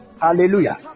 Hallelujah